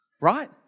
right